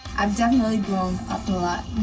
i've definitely grown up a lot.